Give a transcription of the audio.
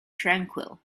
tranquil